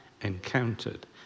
encountered